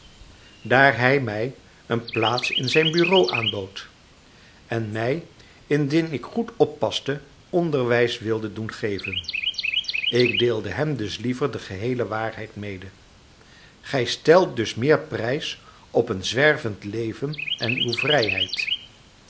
daar hij mij een plaats in zijn bureau aanbood en mij indien ik goed oppaste onderwijs wilde doen geven ik deelde hem dus liever de geheele waarheid mede gij stelt dus meer prijs op een zwervend leven en uw vrijheid